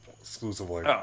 exclusively